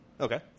Okay